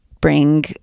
bring